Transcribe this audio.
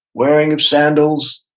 wearing of sandals.